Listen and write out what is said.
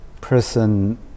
person